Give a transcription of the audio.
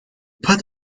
put